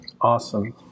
Awesome